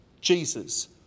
Jesus